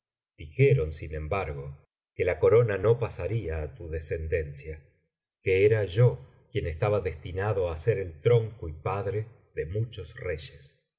dijeron sin embargo que la corona no pasaría á tu descendencia que era yo quien estaba destinado á ser el tronco y padre de muchos reyes